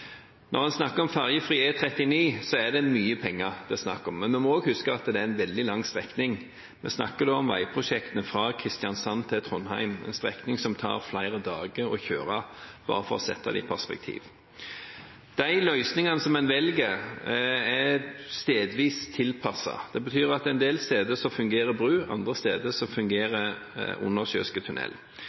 Når vi snakker om ferjefri E39, er det mye penger det er snakk om, men vi må huske at det er en veldig lang strekning. Vi snakker om veiprosjekter fra Kristiansand til Trondheim, en strekning det tar flere dager å kjøre – bare for å sette det i perspektiv. De løsningene en velger, er stedvis tilpasset. Det betyr at en del steder fungerer bru, andre steder fungerer